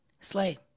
Slay